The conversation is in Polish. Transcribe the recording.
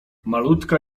malutka